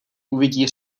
uvidí